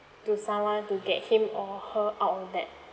to someone to get him or her out of debt